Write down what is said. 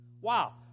Wow